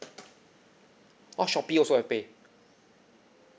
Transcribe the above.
oh Shopee also have pay